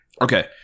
Okay